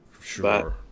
Sure